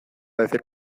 decir